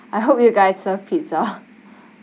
I hope you guys serve pizza